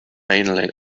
mainly